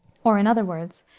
or, in other words,